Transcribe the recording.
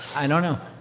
i don't know.